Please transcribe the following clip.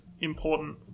important